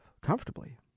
comfortably